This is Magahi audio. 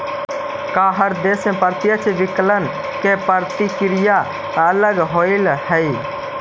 का हर देश में प्रत्यक्ष विकलन के प्रक्रिया अलग होवऽ हइ?